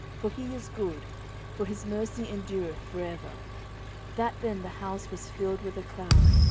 for he is good for his mercy endureth for ever that then the house was filled with a cloud,